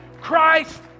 Christ